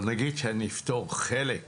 אבל נגיד שאפתור חלק בתקציב,